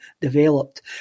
developed